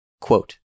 Quote